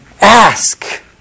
ask